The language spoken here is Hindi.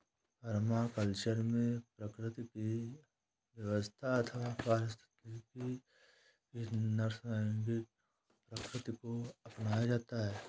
परमाकल्चर में प्रकृति की व्यवस्था अथवा पारिस्थितिकी की नैसर्गिक प्रकृति को अपनाया जाता है